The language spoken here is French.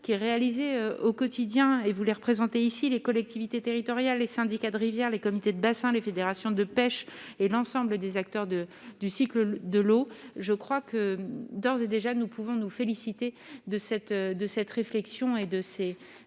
qui est réalisé au quotidien et voulait représenté ici, les collectivités territoriales, les syndicats de Rivière, les comités de bassin, les fédérations de pêche et l'ensemble des acteurs de du cycle de l'eau, je crois que d'ores et déjà, nous pouvons nous féliciter. De cette, de cette réflexion et de ces,